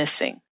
missing